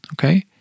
okay